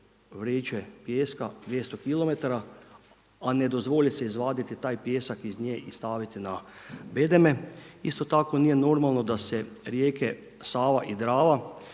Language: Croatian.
vreće pijeska 200 km, a ne dozvoli se izvaditi taj pijesak iz nje i staviti na bedeme. Isto tako nije normalno da se rijeke Sava i Drava,